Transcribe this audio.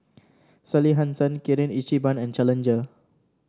Sally Hansen Kirin Ichiban and Challenger